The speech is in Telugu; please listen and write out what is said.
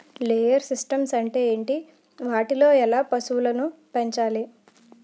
లేయర్ సిస్టమ్స్ అంటే ఏంటి? వాటిలో ఎలా పశువులను పెంచాలి?